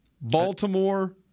Baltimore